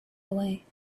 away